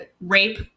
rape